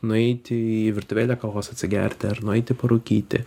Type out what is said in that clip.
nueiti į virtuvėlę kavos atsigerti ar nueiti parūkyti